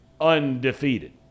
undefeated